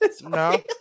No